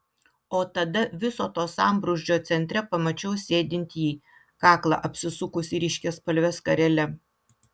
o tada viso to sambrūzdžio centre pamačiau sėdint jį kaklą apsisukusį ryškiaspalve skarele